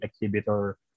exhibitor